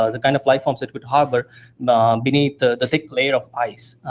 ah the kind of lifeforms that would harbor beneath the the thick layer of ice.